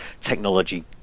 technology